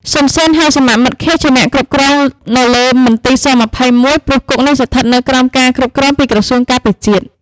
សុន សេន ហៅសមមិត្តខៀវ ជាអ្នកគ្រប់គ្រងនៅលើមន្ទីរ ស-២១ ព្រោះគុកនេះស្ថិតនៅក្រោមការគ្រប់គ្រងពីក្រសួងការពារជាតិ។